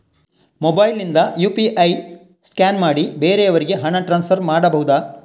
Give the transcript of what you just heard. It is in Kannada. ಮೊಬೈಲ್ ನಿಂದ ಯು.ಪಿ.ಐ ಸ್ಕ್ಯಾನ್ ಮಾಡಿ ಬೇರೆಯವರಿಗೆ ಹಣ ಟ್ರಾನ್ಸ್ಫರ್ ಮಾಡಬಹುದ?